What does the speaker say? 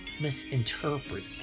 misinterpret